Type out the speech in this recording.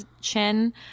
chin